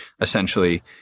essentially